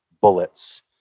bullets